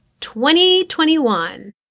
2021